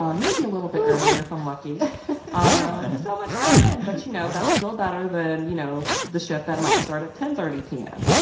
um maybe a little bit earlier if i'm lucky fun ah so much fun but, you know, that's still better than, you know, the shift that might start at ten thirty pm.